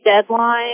Deadline